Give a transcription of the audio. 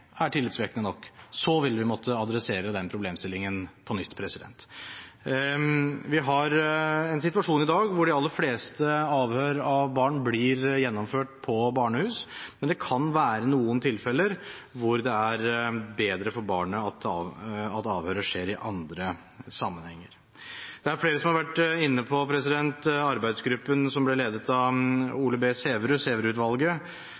er tillitvekkende nok, vil vi måtte adressere den problemstillingen på nytt. Vi har en situasjon i dag hvor de aller fleste avhør av barn blir gjennomført på barnehus, men det kan være noen tilfeller da det er bedre for barnet at avhøret skjer i andre sammenhenger. Det er flere som har vært inne på arbeidsgruppen som ble ledet av